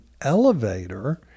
elevator